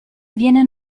viene